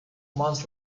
months